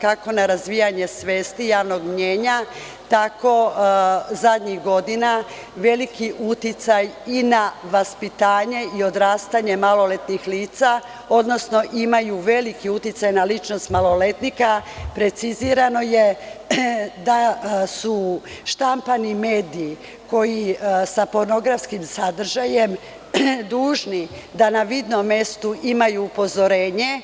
kako na razvijanje svesti javnog mnjenja, tako zadnjih godina veliki uticaj i na vaspitanje i odrastanje maloletnih lica, odnosno imaju veliki uticaj na ličnost maloletnika, precizirano je da su štampani mediji sa pornografskim sadržajem dužni da na vidnom mestu imaju upozorenje